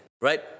Right